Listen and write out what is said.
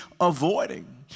avoiding